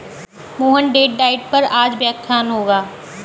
Mohan date diet पर आज व्याख्यान होगा